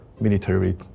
military